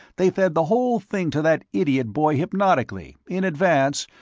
they fed the whole thing to that idiot boy hypnotically, in advance,